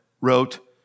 wrote